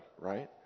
right